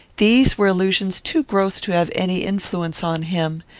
these were illusions too gross to have any influence on him.